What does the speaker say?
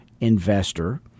investor